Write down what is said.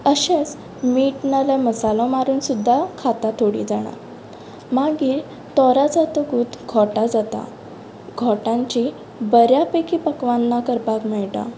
अशेंच मीठ नाल्यार मसालो मारून सुद्दां खातात थोडी जाणां मागीर तोरा जातकूत घोटां जाता घोटांची बऱ्या पैकी पक्वांनां करपाक मेळटात